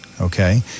Okay